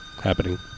happening